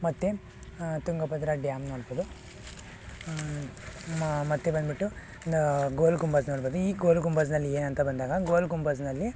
ಮತ್ತೆ ತುಂಗಭದ್ರಾ ಡ್ಯಾಮ್ ನೋಡ್ಬೋದು ಮತ್ತೆ ಬಂದ್ಬಿಟ್ಟು ಗೋಲ್ ಗುಂಬಜ್ ನೋಡ್ಬೋದು ಈ ಗೋಲ್ ಗುಂಬಜ್ನಲ್ಲಿ ಏನಂತ ಬಂದಾಗ ಗೋಲ್ ಗುಂಬಜ್ನಲ್ಲಿ